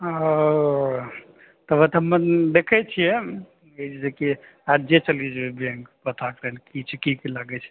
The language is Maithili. ओऽ तब ओ तऽ देखै छियै जे कि आजे चलि जेबै बैंक पता करै लए की छै की की लागै छै